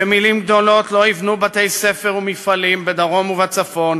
שמילים גדולות לא יבנו בתי-ספר ומפעלים בדרום ובצפון.